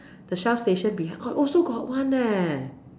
the shell station behind also got one leh